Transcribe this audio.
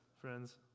friends